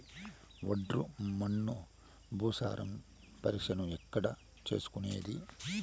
ఒండ్రు మన్ను భూసారం పరీక్షను ఎక్కడ చేసుకునేది?